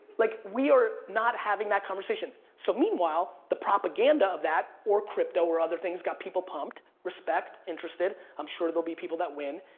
like, we are not having that conversation. so meanwhile, the propaganda of that or crypto or other things got people pumped, respect, interested, i'm sure there'll be people that win.